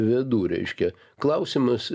vedu reiškia klausimas